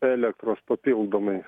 elektros papildomai